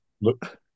look